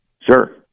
Sure